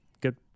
good